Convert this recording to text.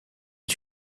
est